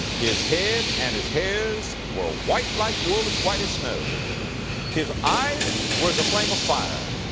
his head and his hairs were white like wool, as white as snow his eyes were as a flame of fire.